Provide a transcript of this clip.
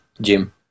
Jim